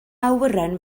awyren